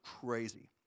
crazy